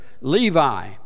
Levi